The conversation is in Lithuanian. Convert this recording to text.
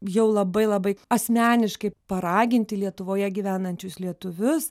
jau labai labai asmeniškai paraginti lietuvoje gyvenančius lietuvius